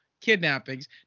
kidnappings